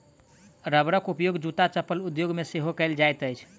रबरक उपयोग जूत्ता चप्पल उद्योग मे सेहो कएल जाइत अछि